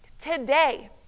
today